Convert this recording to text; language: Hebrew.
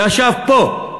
ישב פה,